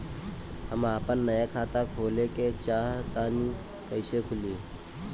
हम आपन नया खाता खोले के चाह तानि कइसे खुलि?